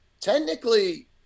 technically